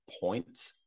point